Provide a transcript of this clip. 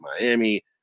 Miami